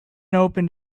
opened